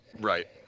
Right